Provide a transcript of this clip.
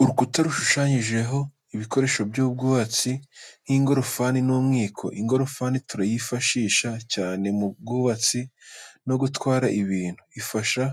Urukuta rushushanyijeho ibikoresho by'ubwubatsi nk'ingorofani n'umwiko. Ingorofani turayifashisha, cyane mu bwubatsi no gutwara ibintu. Ifasha